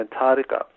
Antarctica